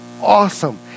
awesome